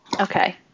okay